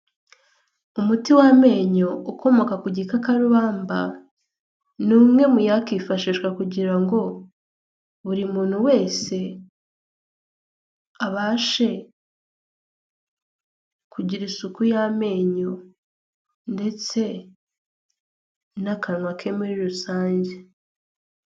Umuti w'amenyo ukomoka ku gikakarubamba ni umwe mu yakifashishwa kugira ngo buri muntu wese abashe kugira isuku y'amenyo ndetse n'akanwa ke muri rusange.